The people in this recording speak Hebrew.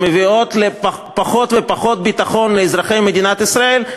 שמביאות פחות ופחות ביטחון לאזרחי מדינת ישראל,